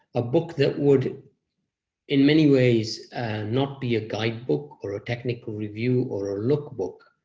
a book that would in many ways not be a guidebook, or a technical review, or a look book,